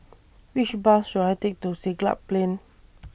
Which Bus should I Take to Siglap Plain